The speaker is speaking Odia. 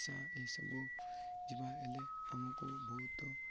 ସା ଏସବୁ ଯିବା ହେଲେ ଆମକୁ ବହୁତ